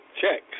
check